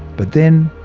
but then,